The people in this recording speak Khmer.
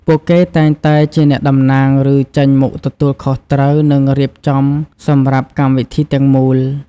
ពួកគេតែងតែជាអ្នកតំណាង ឬ ចេញមុខទទួលខុសត្រូវ និងរៀបចំសម្រាប់កម្មវិធីទាំងមូល។